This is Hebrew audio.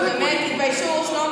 איפה,